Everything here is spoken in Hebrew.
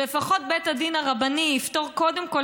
שלפחות בית הדין הרבני יפתור קודם כול